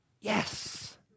Yes